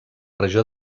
regió